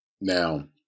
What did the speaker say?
Now